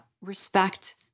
respect